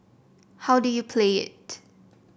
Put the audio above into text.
how do you play it